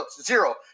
Zero